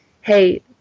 hey